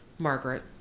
margaret